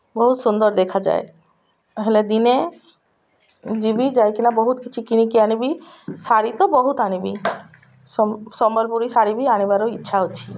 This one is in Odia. ବହୁତ ସୁନ୍ଦର ଦେଖାଯାଏ ହେଲେ ଦିନେ ଯିବି ଯାଇକିନା ବହୁତ କିଛି କିଣିକି ଆଣିବି ଶାଢ଼ୀ ତ ବହୁତ ଆଣିବି ସମ୍ବଲପୁରୀ ଶାଢ଼ୀ ବି ଆଣିବାର ଇଚ୍ଛା ଅଛି